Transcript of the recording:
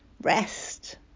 rest